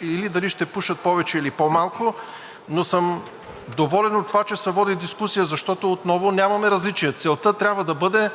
или дали ще пушат повече, или по-малко, но съм доволен от това, че се води дискусия, защото отново нямаме различия. Целта трябва да бъде